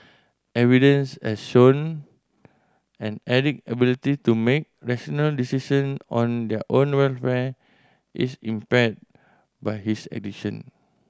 evidence has shown an addict ability to make rational decision on their own welfare is impaired by his addiction